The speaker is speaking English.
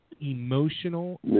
emotional